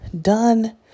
done